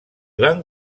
van